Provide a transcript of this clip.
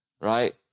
right